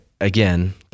again